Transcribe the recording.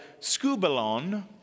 scubalon